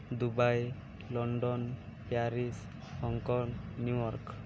Dubai London Paris Hong Kong New York